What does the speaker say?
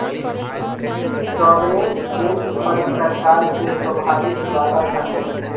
sovereign wealth fund सरकार के स्वामित्व वाला फंड हई